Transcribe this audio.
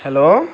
hello